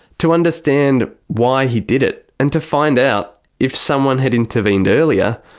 to understand why he did it, and to find out, if someone had intervened earlier,